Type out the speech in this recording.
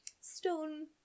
stone